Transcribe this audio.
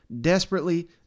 desperately